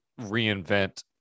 reinvent